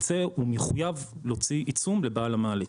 הוא מחויב להוציא עיצום לבעל המעלית.